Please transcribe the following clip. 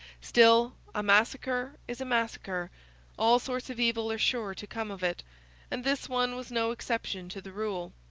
still, a massacre is a massacre all sorts of evil are sure to come of it and this one was no exception to the rule.